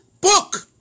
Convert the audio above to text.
book